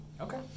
Okay